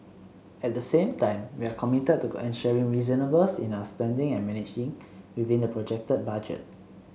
at the same time we are committed to ensuring reasonableness in our spending and managing within the projected budget